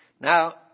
Now